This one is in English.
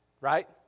right